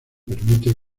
permite